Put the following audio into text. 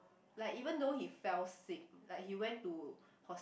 like even though he fell sick like he went to hos~